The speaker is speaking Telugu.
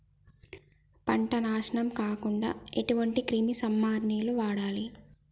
పంట నాశనం కాకుండా ఎటువంటి క్రిమి సంహారిణిలు వాడాలి?